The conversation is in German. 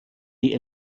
die